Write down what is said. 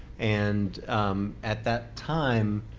and at that time,